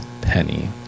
penny